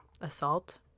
assault